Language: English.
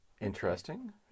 interesting